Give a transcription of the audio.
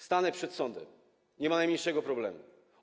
Stanę przed sądem, nie ma najmniejszego problemu.